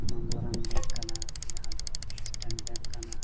ᱼᱟᱱ ᱠᱟᱱᱟ ᱡᱟᱦᱟᱸ ᱫᱚ ᱠᱟᱱᱟ